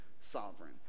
sovereign